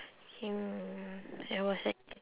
mm I was at the